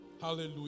Hallelujah